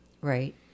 Right